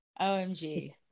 OMG